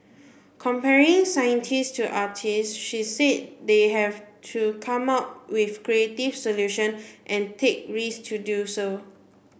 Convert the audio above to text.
comparing scientist to artist she said they have to come up with creative solution and take risk to do so